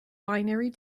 binary